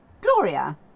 Gloria